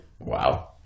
Wow